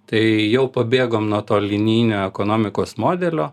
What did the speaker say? tai jau pabėgom nuo to linijinio ekonomikos modelio